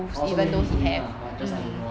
orh maybe he's doing lah but just I don't know lah